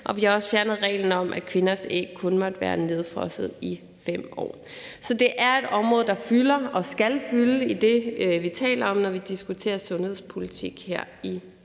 og vi har også fjernet reglen om, at kvinders æg kun måtte være nedfrosset i 5 år. Så det er et område, der fylder og skal fylde i det, vi taler om, når vi diskuterer sundhedspolitik her i salen.